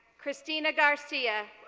cristina garcia,